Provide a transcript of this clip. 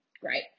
great